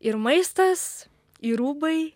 ir maistas ir rūbai